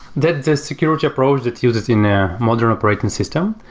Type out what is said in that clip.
the the security approach that uses in a modern operating system.